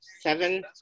Seven